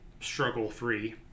struggle-free